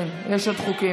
כן, יש עוד חוקים.